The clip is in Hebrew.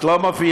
את לא מופיעה